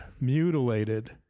Mutilated